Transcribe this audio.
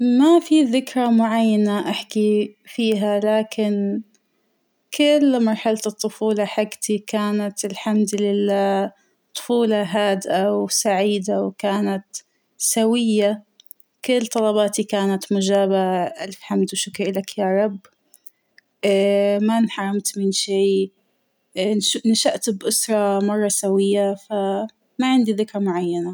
ما فى ذكرى معينة أحكى فيها ، لكن كل مرحلة الطفولة حجتى كانت الحمد لله طفولة هادئة وسعيدة وكانت سوية ، كل طلباتى كانت مجابة الف حمد وشكر إلك يارب ، اا- ما أنحرمت من شى ، اا - نشات باسرة مرة سوية ، ف - ما عندى ذكرى معينة.